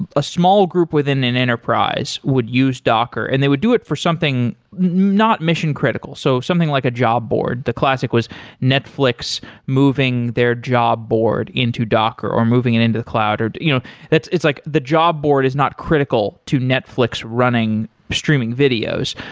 a small group within an enterprise would use docker and they would do it for something not mission-critical. so something like a job board. the classic was netflix moving their job board into docker or moving it into the cloud. you know it's like the job board is not critical to netflix running streaming videos.